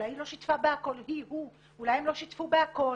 אולי היא/הוא לא שיתפו בהכל,